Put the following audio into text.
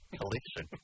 collection